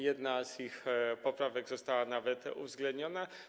Jedna z ich poprawek została nawet uwzględniona.